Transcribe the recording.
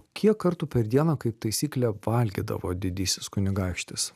kiek kartų per dieną kaip taisyklė valgydavo didysis kunigaikštis